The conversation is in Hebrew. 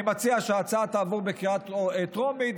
אני מציע שההצעה תעבור בקריאה טרומית,